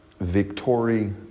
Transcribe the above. victory